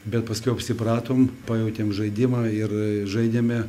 bet paskiau apsipratom pajautėm žaidimą ir žaidėme